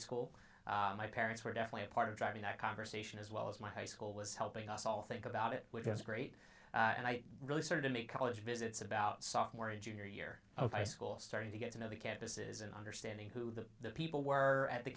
school my parents were definitely a part of driving that conversation as well as my high school was helping us all think about it which was great and i really started to make college visits about sophomore or junior year of high school starting to get to know the campuses and understanding who the people were at the